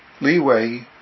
leeway